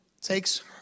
Takes